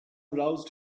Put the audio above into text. roused